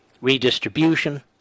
Redistribution